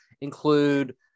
include